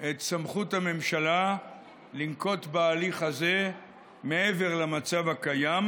את סמכות הממשלה לנקוט הליך הזה מעבר למצב הקיים,